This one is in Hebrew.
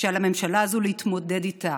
שעל הממשלה הזאת להתמודד איתה: